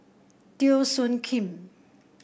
Teo Soon Kim